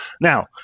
Now